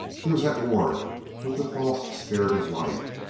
he was at war with the false spirit of life.